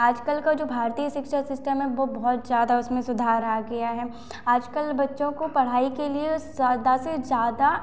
आजकल का जो भारतीय शिक्षा सिस्टम है वह बहुत ज़्यादा उसमें सुधार आ गया है आजकल बच्चों को पढ़ाई के लिए ज़्यादा से ज़्यादा